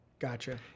Gotcha